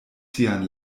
sian